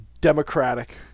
Democratic